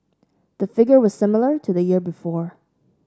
the figure was similar to the year before